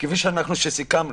כפי שסיכמנו,